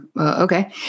okay